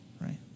right